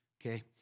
okay